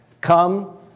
come